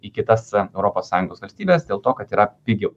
į kitas europos sąjungos valstybes dėl to kad yra pigiau